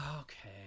okay